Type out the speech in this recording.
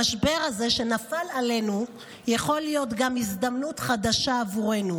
המשבר הזה שנפל עלינו יכול להיות גם הזדמנות חדשה עבורנו,